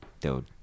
dude